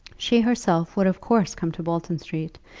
she herself would of course come to bolton street,